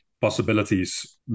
possibilities